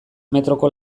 metroko